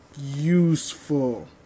useful